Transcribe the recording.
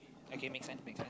okay make sense make sense